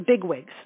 bigwigs